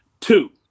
Two